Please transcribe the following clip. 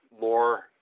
more